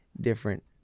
different